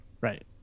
Right